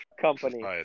company